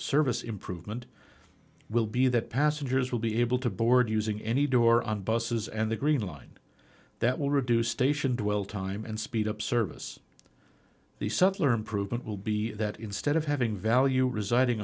service improvement will be that passengers will be able to board using any door on buses and the green line that will reduce station dwell time and speed up service the subtler improvement will be that instead of having value residing